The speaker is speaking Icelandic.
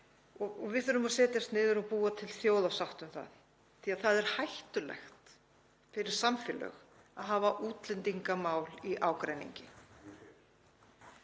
Við þurfum að setjast niður og búa til þjóðarsátt um það því að það er hættulegt fyrir samfélög að hafa útlendingamál í ágreiningi.